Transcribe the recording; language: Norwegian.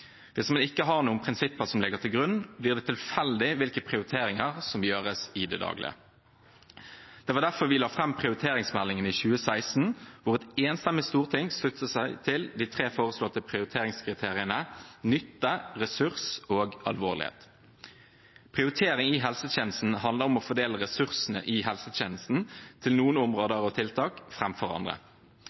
Hvis man ikke har noen prinsipper som ligger til grunn, blir det tilfeldig hvilke prioriteringer som gjøres i det daglige. Det var derfor vi la fram prioriteringsmeldingen i 2016, hvor et enstemmig storting sluttet seg til de tre foreslåtte prioriteringskriteriene: nytte, ressurs og alvorlighet. Prioritering i helsetjenesten handler om å fordele ressursene i helsetjenesten til noen områder og tiltak framfor andre.